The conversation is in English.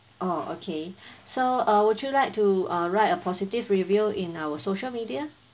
oh okay so err would you like to uh a positive review in our social media